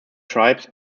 tribes